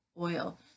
oil